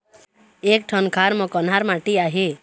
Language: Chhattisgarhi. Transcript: एक ठन खार म कन्हार माटी आहे?